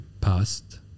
past